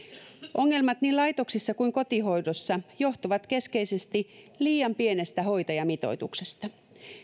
ongelmat niin laitoksissa kuin kotihoidossa johtuvat keskeisesti liian pienestä hoitajamitoituksesta